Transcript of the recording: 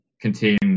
contain